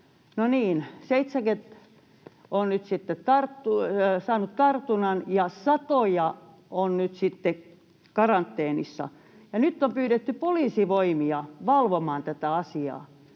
No niin, nyt 70 on sitten saanut tartunnan, ja satoja on nyt sitten karanteenissa, ja nyt on pyydetty poliisivoimia valvomaan tätä asiaa.